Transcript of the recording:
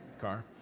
car